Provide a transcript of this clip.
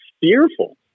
fearful